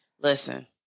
Listen